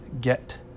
get